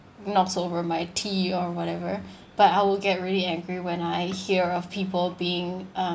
knocks over my tea or whatever but I will get really angry when I hear of people being um